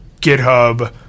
GitHub